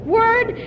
word